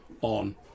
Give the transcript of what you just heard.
on